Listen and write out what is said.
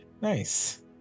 Nice